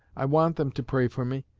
i want them to pray for me.